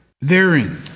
therein